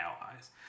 allies